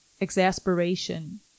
exasperation